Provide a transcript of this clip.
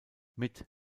mit